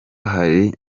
hari